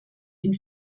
ihn